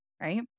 right